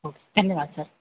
okay धन्यवाद sir